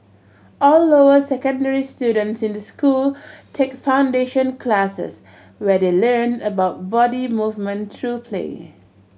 all lower secondary students in the school take foundation classes where they learn about body movement through play